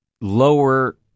lower –